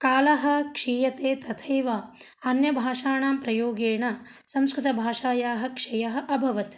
कालः क्षीयते तथैव अन्य भाषाणां प्रयोगेण संस्कृतभाषायाः क्षयः अभवत्